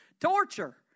torture